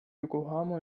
yokohama